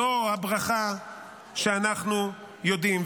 זו הברכה שאנחנו יודעים.